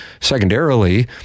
secondarily